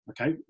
okay